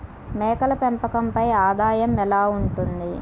మేకల పెంపకంపై ఆదాయం ఎలా ఉంటుంది?